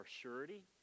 surety